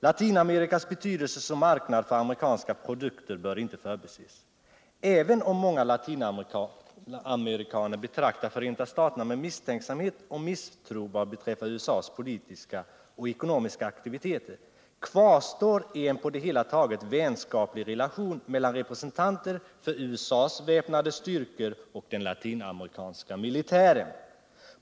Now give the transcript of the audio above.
Lantinamerikas betydelse som marknad för amerikanska produkter bör inte förbises --- även om många latinameri kaner betraktar Förenta staterna med misstänksamhet och misstro vad beträffar USA:s politiska och ekonomiska aktiviteter, kvarstår en på det hela taget vänskaplig relation mellan representanter för USA:s väpnade styrkor och den latinamerikanska militären.